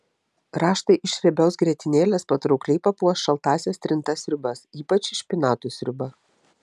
raštai iš riebios grietinėlės patraukliai papuoš šaltąsias trintas sriubas ypač špinatų sriubą